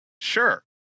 sure